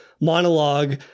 monologue